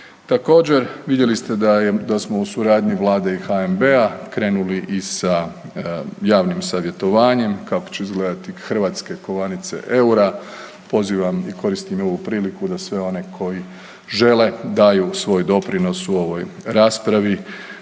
Također vidjeli ste da smo u suradnji Vlade i HNB-a krenuli i sa javnim savjetovanjem kako će izgledati hrvatske kovanice eura, pozivam i koristim ovu priliku da sve one koji žele daju svoj doprinos u ovoj raspravi.